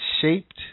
shaped